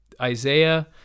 Isaiah